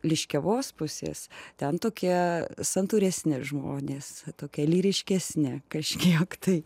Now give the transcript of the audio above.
liškiavos pusės ten tokie santūresni žmonės tokie lyriškesni kažkiek tai